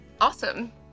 Awesome